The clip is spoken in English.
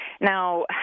Now